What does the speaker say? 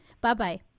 Bye-bye